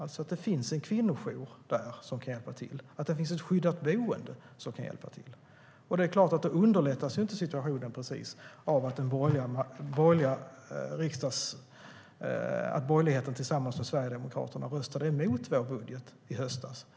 Det ska finnas en kvinnojour som kan hjälpa till, ett skyddat boende som kan hjälpa till. Situationen underlättas inte precis av att borgerligheten tillsammans med Sverigedemokraterna röstade emot vår budget i höstas.